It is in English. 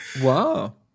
Wow